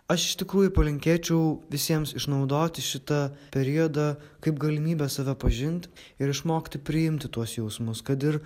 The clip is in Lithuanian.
aš iš tikrųjų palinkėčiau visiems išnaudoti šitą periodą kaip galimybę save pažint ir išmokti priimti tuos jausmus kad ir